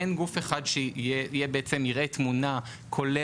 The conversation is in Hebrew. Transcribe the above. אין גוף אחד שיראה בעצם תמונה כוללת